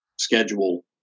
schedule